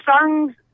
songs